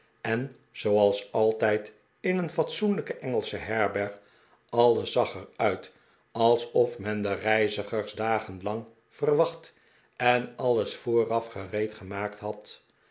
en zooals altijd in een fatsoenlijke engelsche herberg alles zag er uit also men de reizigers dagen lang verwacht en alles vooraf gereedgemaakt had